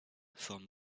forment